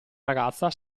ragazza